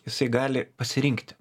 jisai gali pasirinkti